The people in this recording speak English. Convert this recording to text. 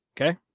Okay